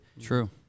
true